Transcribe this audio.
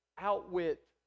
outwit